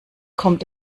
kommt